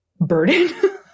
burden